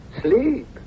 sleep